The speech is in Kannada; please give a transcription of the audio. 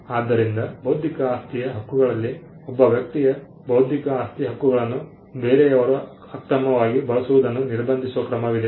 ಆದ್ದರಿಂದ ಬೌದ್ಧಿಕ ಆಸ್ತಿಯ ಹಕ್ಕುಗಳಲ್ಲಿ ಒಬ್ಬ ವ್ಯಕ್ತಿಯ ಬೌದ್ಧಿಕ ಆಸ್ತಿ ಹಕ್ಕುಗಳನ್ನು ಬೇರೆಯವರು ಅಕ್ರಮವಾಗಿ ಬಳಸುವುದನ್ನು ನಿರ್ಬಂಧಿಸುವ ಕ್ರಮವಿದೆ